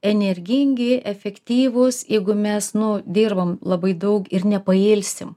energingi efektyvūs jeigu mes nu dirbam labai daug ir nepailsim